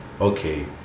okay